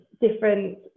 different